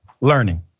learning